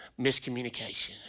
miscommunication